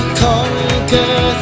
conquer